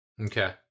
Okay